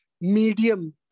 medium